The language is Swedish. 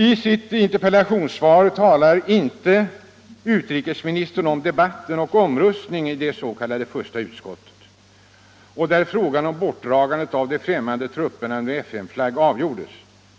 I sitt interpellationssvar talar inte utrikesministern om debatten och omröstningarna i det s.k. första utskottet, där frågan om bortdragandet av de främmande trupperna under FN-flagg avgjordes